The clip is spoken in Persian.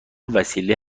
وسیله